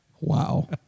Wow